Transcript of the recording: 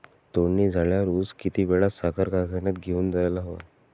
तोडणी झाल्यावर ऊस किती वेळात साखर कारखान्यात घेऊन जायला हवा?